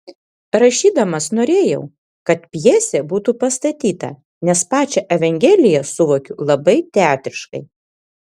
rašydamas norėjau kad pjesė būtų pastatyta nes pačią evangeliją suvokiu labai teatriškai